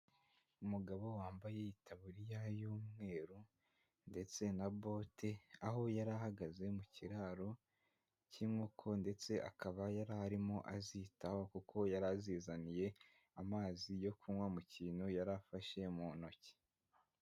Umugabo wambaye itaburiya y'umweru ndetse na bote, aho yari ahagaze mu kiraro cy'inkoko ndetse akaba yari arimo azitaho kuko yari azizaniye amazi yo kunywa mu kintu yari afashe mu ntoki.